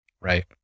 Right